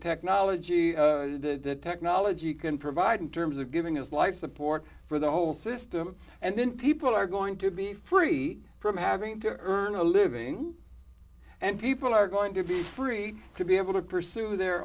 technology the technology can provide in terms of giving us life support for the whole system and then people are going to be free from having to earn a living and people are going to be free to be able to pursue their